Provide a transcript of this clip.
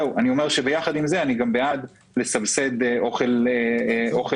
יחד עם זה, אני גם בעד לסבסד אוכל בריא.